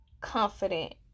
Confident